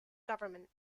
government